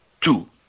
Two